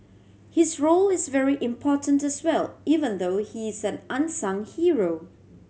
his role is very important as well even though he's an unsung hero